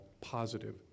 positive